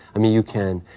i mean, you can,